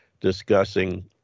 discussing